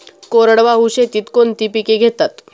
कोरडवाहू शेतीत कोणती पिके घेतात?